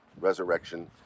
resurrection